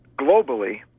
globally